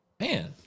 Man